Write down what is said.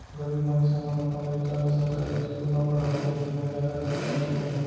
गरीब मनसे मन अपन लइका ल सरकारी इस्कूल म पड़हाथे जिंहा जादा खरचा नइ रहय